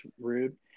rude